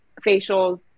facials